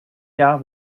jahr